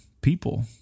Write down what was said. people